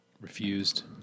Refused